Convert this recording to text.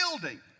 building